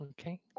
Okay